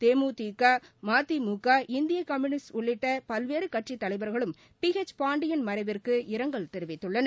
தேமுதிக மதிமுக இந்திய கம்யூனிஸ்ட் உள்ளிட்ட பல்வேறு கட்சித்தலைவர்களும் பி ஹெச் பாண்டியன் மறைவிற்கு இரங்கல் தெரிவித்துள்ளனர்